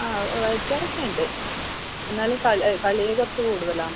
ആ വായിക്കാറൊക്കെ ഉണ്ട് എന്നാലും കളി കളി കുറച്ച് കൂടുതലാണ്